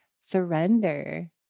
surrender